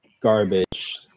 garbage